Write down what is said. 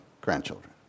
grandchildren